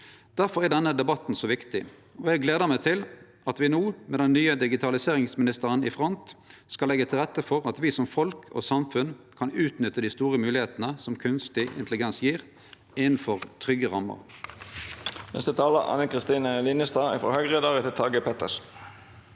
Difor er denne debatten så viktig. Eg gleder meg til at me no, med den nye digitaliseringsministeren i front, skal leggje til rette for at me som folk og samfunn kan utnytte dei store moglegheitene som kunstig intelligens gjev, innanfor trygge rammer.